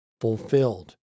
fulfilled